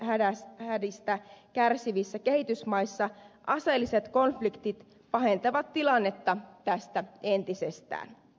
monissa akuuteista nälänhädistä kärsivissä kehitysmaissa aseelliset konfliktit pahentavat tilannetta tästä entisestään